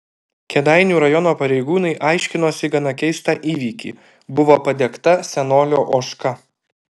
kėdainių rajono pareigūnai aiškinosi gana keistą įvykį buvo padegta senolio ožka